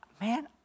man